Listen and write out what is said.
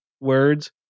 words